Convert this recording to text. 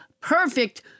perfect